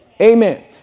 Amen